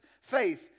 faith